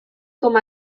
com